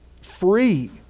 free